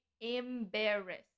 Embarrassed